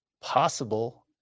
possible